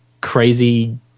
crazy